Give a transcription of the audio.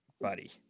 buddy